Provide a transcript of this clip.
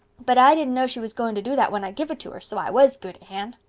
but i didn't know she was going to do that when i give it to her, so i was good, anne.